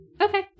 Okay